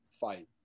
fight